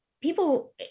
people